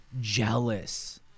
jealous